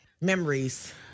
Memories